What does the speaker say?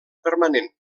permanent